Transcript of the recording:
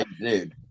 dude